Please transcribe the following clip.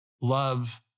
love